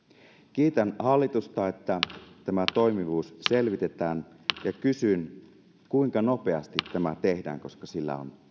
kiitän hallitusta että tämä toimivuus selvitetään ja kysyn kuinka nopeasti tämä tehdään koska sillä on